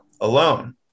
alone